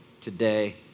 today